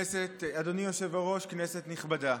אדוני היושב-ראש, כנסת נכבדה,